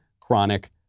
chronic